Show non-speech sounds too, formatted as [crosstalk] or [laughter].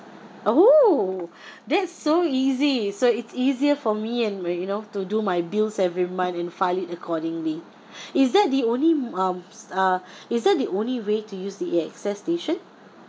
oh that's so easy so it's easier for me and where you know to do my bills every month and file it accordingly [breath] is that the only um uh is that the only way to use the A_X_S station